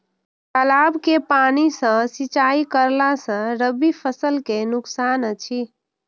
तालाब के पानी सँ सिंचाई करला स रबि फसल के नुकसान अछि?